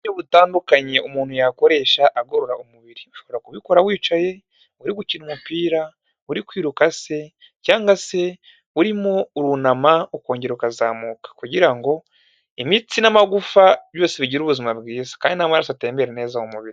Uburyo butandukanye umuntu yakoresha agorora umubiri, ushobora kubikora wicaye, uri gukina umupira, uri kwiruka se, cyangwa se urimo urunama ukongera ukazamuka; kugira ngo, imitsi n'amagufa, byose bigire ubuzima bwiza. Kandi n'amaraso atembera neza mu mubiri.